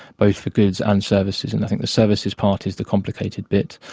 both for goods and services, and i think the services part is the complicated bit.